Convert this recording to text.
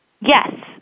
yes